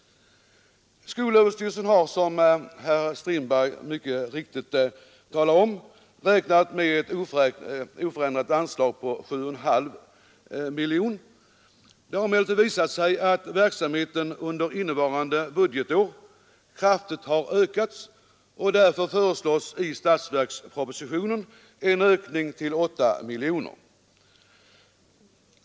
Skolöverstyrelsen har, såsom herr Strindberg mycket riktigt sade, räknat med ett oförändrat anslag på 7,5 miljoner kronor. Det har emellertid visat sig att verksamheten under innevarande år har ökat kraftigt, och därför föreslås i statsverkspropositionen en ökning till 8 miljoner kronor.